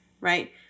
right